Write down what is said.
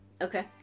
Okay